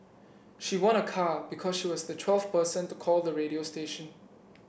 she won a car because she was the twelfth person to call the radio station